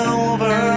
over